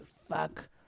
fuck